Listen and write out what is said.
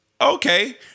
okay